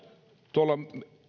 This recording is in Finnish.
tuolla